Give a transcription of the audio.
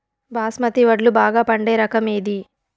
బాస్మతి వడ్లు బాగా పండే రకం ఏది